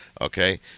okay